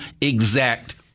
exact